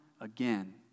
again